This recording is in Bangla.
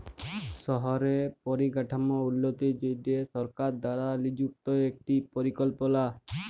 শহরে পরিকাঠাম উল্যতির জনহে সরকার দ্বারা লিযুক্ত একটি পরিকল্পলা